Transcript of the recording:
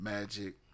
Magic